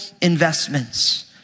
investments